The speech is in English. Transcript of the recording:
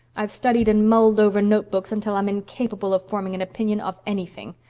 i've studied and mulled over notebooks until i'm incapable of forming an opinion of anything.